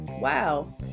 wow